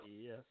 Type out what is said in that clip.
Yes